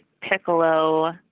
piccolo